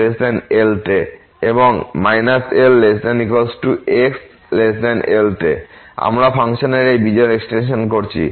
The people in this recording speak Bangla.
এবং L≤x L তে আমরা ফাংশনের এই বিজোড় এক্সটেনশনটি করেছি